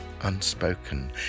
unspoken